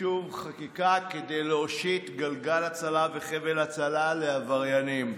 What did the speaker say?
שוב חקיקה כדי להושיט גלגל הצלה וחבל הצלה לעבריינים.